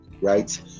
right